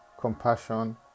compassion